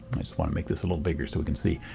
i just want to make this a little bigger so we can see.